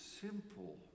simple